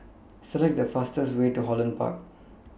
Select The fastest Way to Holland Park